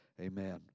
Amen